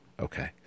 Okay